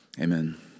amen